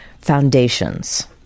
foundations